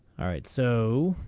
all right so.